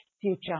future